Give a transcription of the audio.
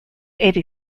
eighty